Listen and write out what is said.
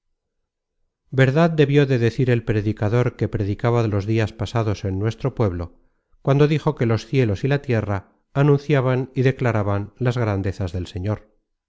verdad debió de decir el predicador que predicaba los dias pasados en nuestro pueblo cuando dijo que los cielos y la tierra anunciaban y declaraban las grandezas del señor